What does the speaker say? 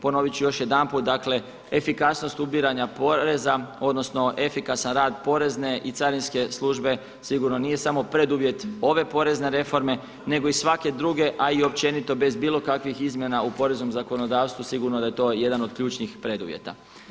Ponovit ću još jedanput, dakle, efikasnost ubiranja poreza odnosno efikasan rad porezne i carinske službe sigurno nije samo preduvjet ove porezne reforme nego i svake druge, a općenito bez bilo kakvih izmjena u poreznom zakonodavstvu sigurno da je to jedan od ključnih preduvjeta.